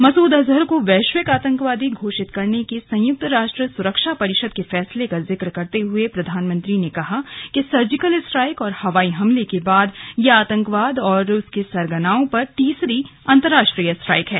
मसूद अजहर को वैश्विक आतंकवादी घोषित करने के संयुक्त राष्ट्र सुरक्षा परिषद के फैसले का जिक्र करते हुए प्रधानमंत्री ने कहा कि सर्जिकल स्ट्राइक और हवाई हमले के बाद यह आतंकवाद और उसके सरगनाओं पर तीसरी अंतर्राष्ट्रीय स्ट्राइक है